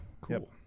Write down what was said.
cool